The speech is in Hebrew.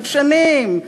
רגשניים.